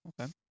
Okay